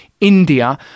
India